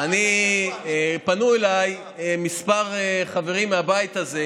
פנו אליי כמה חברים מהבית הזה